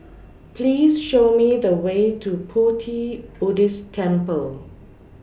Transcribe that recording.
Please Show Me The Way to Pu Ti Buddhist Temple